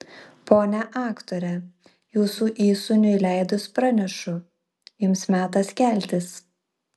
ponia aktore jūsų įsūniui leidus pranešu jums metas keltis